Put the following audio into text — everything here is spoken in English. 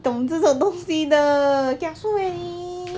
懂这种东西的 kiasu eh 你